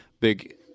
big